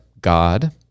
God